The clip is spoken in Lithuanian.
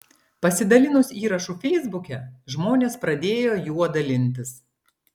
pasidalinus įrašu feisbuke žmonės pradėjo juo dalintis